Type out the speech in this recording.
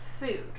food